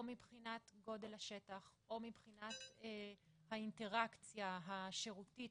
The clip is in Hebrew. מבחינת גודל השטח או מבחינת האינטראקציה השירותית,